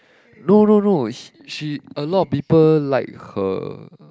no no no she she a lot of people like her